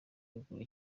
ruguru